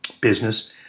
business